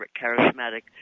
charismatic